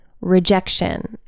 rejection